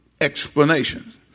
explanations